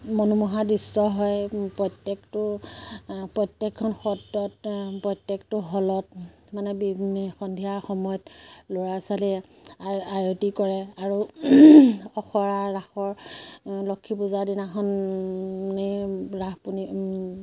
মনোমোহা দৃশ্য হয় প্ৰত্যেকটো প্ৰত্যেকখন সত্ৰত প্ৰত্যেকটো হ'লত মানে সন্ধিয়াৰ সময়ত ল'ৰা ছোৱালীয়ে আ আৰতী কৰে আৰু আখৰা ৰাসৰ লক্ষী পূজাৰ দিনাখন ৰাস পুনি